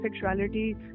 sexuality